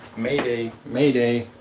mayday mayday,